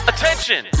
Attention